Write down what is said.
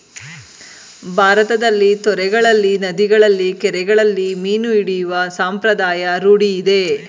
ಭಾರತದಲ್ಲಿ ತೊರೆಗಳಲ್ಲಿ, ನದಿಗಳಲ್ಲಿ, ಕೆರೆಗಳಲ್ಲಿ ಮೀನು ಹಿಡಿಯುವ ಸಂಪ್ರದಾಯ ರೂಢಿಯಿದೆ